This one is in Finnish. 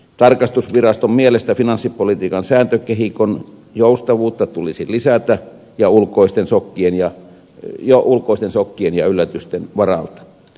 tarkastusviraston mielestä finanssipolitiikan sääntökehikon joustavuutta tulisi lisätä jo ulkoisten sokkien ja yllätysten varalta